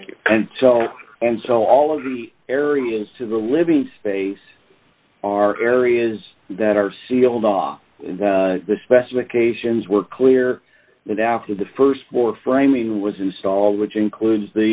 thank you and so all of the areas to the living space are areas that are sealed off the specifications were clear that after the st floor framing was installed which includes